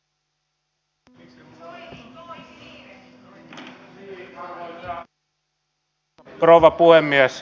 arvoisa rouva puhemies